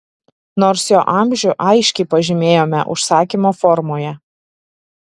nors jo amžių aiškiai pažymėjome užsakymo formoje